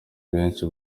benshi